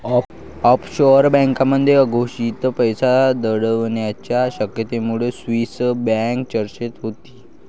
offshore बँकांमध्ये अघोषित पैसा दडवण्याच्या शक्यतेमुळे स्विस बँक चर्चेत होती